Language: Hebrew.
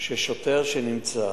ששוטר שנמצא